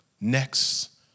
next